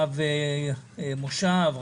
רב מושב,